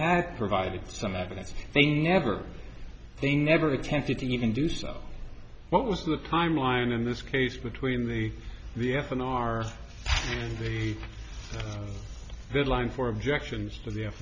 had provided some evidence they never they never attempted to even do so what was the timeline in this case between the the f n r v the line for objections to the